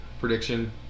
prediction